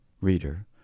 reader